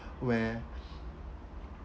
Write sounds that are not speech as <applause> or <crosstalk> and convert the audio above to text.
where <breath>